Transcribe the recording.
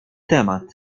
temat